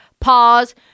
Pause